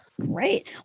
Great